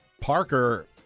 Parker